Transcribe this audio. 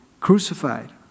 crucified